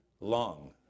long